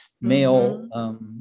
male